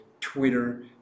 Twitter